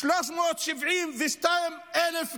372,000 דונם.